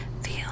feel